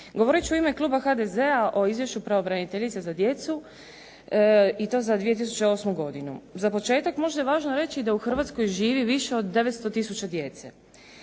Govoreći u ime kluba HDZ-a o izvješću pravobraniteljice za djecu i to za 2008. godinu. Za početak je možda važno reći da u Hrvatskoj živi više od 900 tisuća djece.